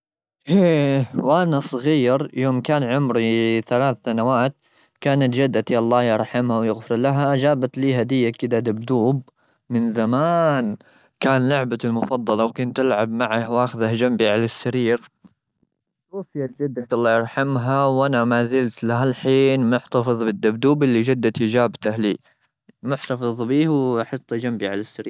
وأنا صغير، يوم كان عمري ثلاث سنوات، كانت جدتي الله يرحمها ويغفر لها جابت لي هدية كذا، دبدوب. من زمان كان لعبتى المفضلة. وكنت ألعب معه وأخذه جنبي على السرير. توفيت جدتي الله يرحمها، وأنا ما زلت لهاى الحين محتفظ بالدبدوب اللي جدتي جابته لي. محتفظ به وأحطه جنبي على.